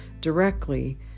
directly